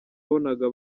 wabonaga